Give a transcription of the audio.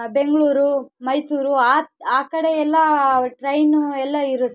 ಬೆಂಗಳೂರು ಮೈಸೂರು ಆ ಆ ಕಡೆಯೆಲ್ಲ ಟ್ರೈನು ಎಲ್ಲ ಇರುತ್ತೆ